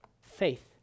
faith